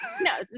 No